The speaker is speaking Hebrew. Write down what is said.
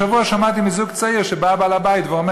השבוע שמעתי מזוג צעיר שבא בעל הבית ואומר